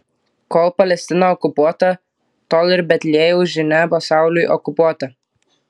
kol palestina okupuota tol ir betliejaus žinia pasauliui okupuota